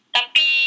Tapi